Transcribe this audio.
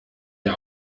der